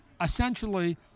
essentially